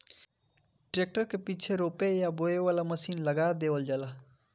tractor के पीछे रोपे या बोवे वाला मशीन लगा देवल जाला